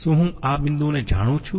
શું હું આ બિંદુઓને જાણું છું